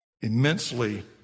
immensely